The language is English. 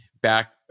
back